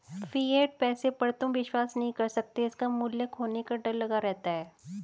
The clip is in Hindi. फिएट पैसे पर तुम विश्वास नहीं कर सकते इसका मूल्य खोने का डर लगा रहता है